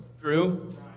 Drew